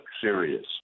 serious